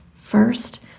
First